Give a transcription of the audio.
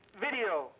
video